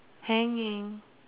hanging